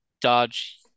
Dodge